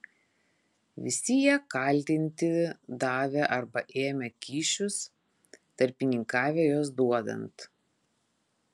visi jie kaltinti davę arba ėmę kyšius tarpininkavę juos duodant